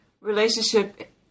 relationship